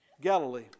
Galilee